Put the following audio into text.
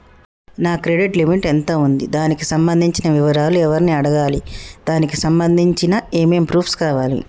నా credit limit ఎంత ఉంది? దానికి సంబంధించిన వివరాలు ఎవరిని అడగాలి? దానికి సంబంధించిన ఏమేం ప్రూఫ్స్ కావాలి?